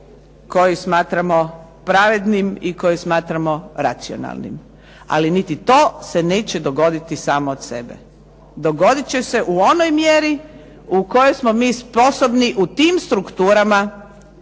koju smatramo pravednim i koji smatramo racionalnim, ali niti to se neće dogoditi samo od sebe. Dogodit će se u onoj mjeri u kojoj smo mi sposobni u tim strukturama